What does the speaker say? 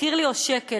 תזכיר לי, או שקל.